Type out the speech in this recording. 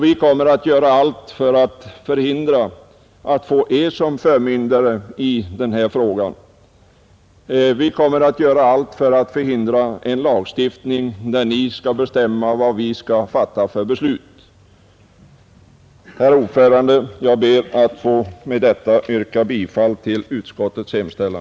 Vi kommer att göra allt för att förhindra att vi skall få er till förmyndare i denna fråga och för att förhindra en lagstiftning som innebär att ni bestämmer vilka beslut vi skall fatta. Herr talman! Jag ber med detta att få yrka bifall till utskottets hemställan.